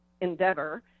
endeavor